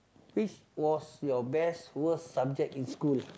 which was your best worst subject in school